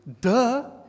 Duh